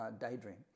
Daydream